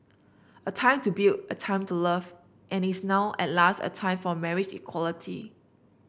a time to build a time to love and is now at last a time for marriage equality